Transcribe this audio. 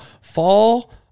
Fall